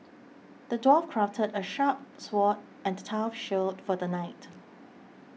the dwarf crafted a sharp sword and a tough shield for the knight